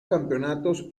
campeonatos